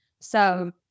So-